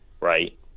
Right